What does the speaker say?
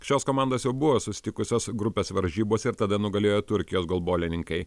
šios komandos jau buvo susitikusios grupės varžybose ir tada nugalėjo turkijos golbolininkai